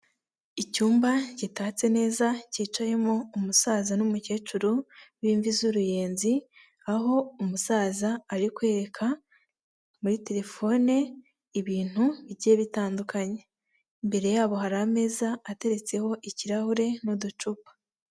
Icyumba gitatse neza cyicayemo umusaza n'umukecuru b'imvi z'uruyenzi, aho umusaza ari kwereka muri telefone ibintu bigiye bitandukanye, imbere yabo hari ameza ateretseho ikirahure n'uducupa.